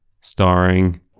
Starring